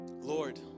Lord